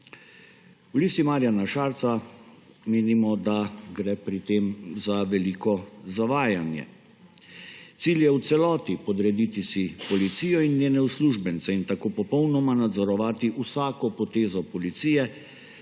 V Listi Marjana Šarca menimo, da gre pri tem za veliko zavajanje. Cilj je v celoti podrediti si policijo in njene uslužbence in tako popolnoma nadzorovati vsako potezo policije.